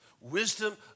Wisdom